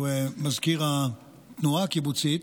שהוא מזכיר התנועה הקיבוצית,